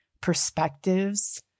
perspectives